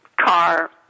car